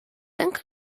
tancar